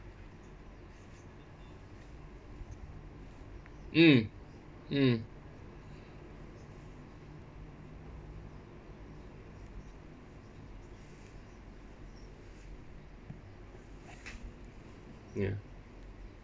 mm mm ya